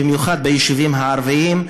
במיוחד ביישובים הערביים,